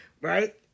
right